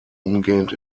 umgehend